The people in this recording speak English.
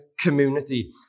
community